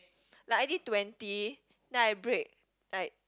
like I did twenty then I break like